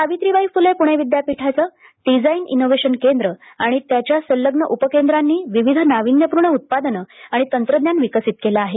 सावित्रीबाई फुले पुणे विद्यापीठाचे design innovation केंद्र आणि त्याच्या संलग्न उपकेंद्रांनी विविध नाविन्यपूर्ण उत्पादने आणि तंत्रज्ञान विकसित केले आहे